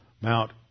Mount